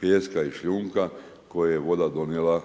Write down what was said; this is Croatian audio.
pijeska i šljunka koje je voda donijela